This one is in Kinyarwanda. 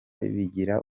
bigira